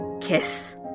kiss